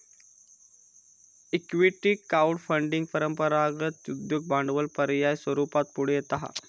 equity crowd funding परंपरागत उद्योग भांडवल पर्याय स्वरूपात पुढे येता हा